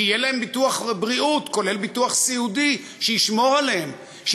שיהיה להם ביטוח בריאות כולל ביטוח סיעודי שישמור עליהם,